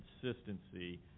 consistency